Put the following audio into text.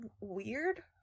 weird